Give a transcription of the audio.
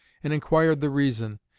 and inquired the reason.